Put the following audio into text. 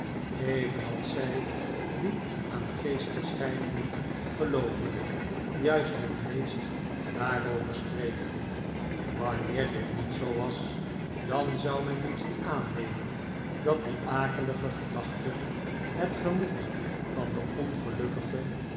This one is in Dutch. evenals zij dieaangeestverschijningengelooven eerste optreden van joe juist het meest daarover spreken wanneer dit niet zoo was dan zou men moeten aannemen dat die akelige gedachten het gemoed van den ongelukkige